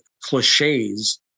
cliches